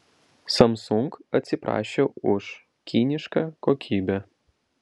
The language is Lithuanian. samsung atsiprašė už kinišką kokybę